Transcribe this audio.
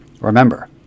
remember